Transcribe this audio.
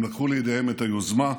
הם לקחו לידיהם את היוזמה,